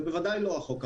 זה בוודאי לא החוק.